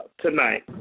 tonight